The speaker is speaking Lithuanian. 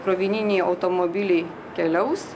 krovininiai automobiliai keliaus